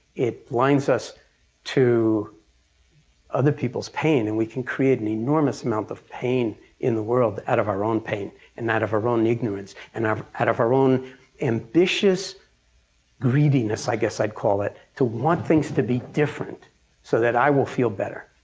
it blinds us to other people's pain, and we can create an enormous amount of pain in the world out of our own pain and of our own ignorance and out of our own ambitious greediness, i guess i'd call it, to want things to be different so that i will feel better.